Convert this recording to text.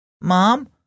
Mom